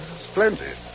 Splendid